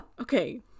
okay